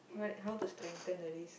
what how to strengthen the wrist